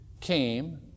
came